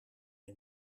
een